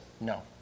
No